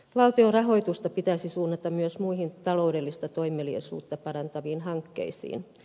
valtion rahoitusta pitäisi suunnata myös muihin taloudellista toimeliaisuutta parantaviin hankkeisiin